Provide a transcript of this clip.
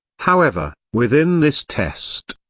however, within this test,